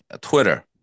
Twitter